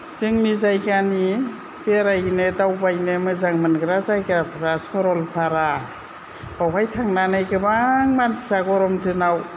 जोंनि जायगानि बेरायहैनो दावबायनो मोजां मोनग्रा जायगाफोरा सरलपारा बावहाय थांनानै गोबां मानसिया गरम दिनाव